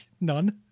none